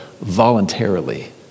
voluntarily